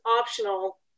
optional